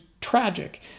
tragic